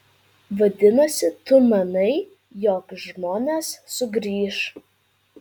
vadinasi tu manai jog žmonės sugrįš